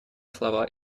слова